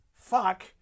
Fuck